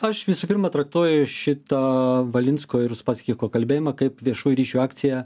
aš visų pirma traktuoju šitą valinsko ir uspaskicho kalbėjimą kaip viešųjų ryšių akciją